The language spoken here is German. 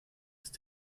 ist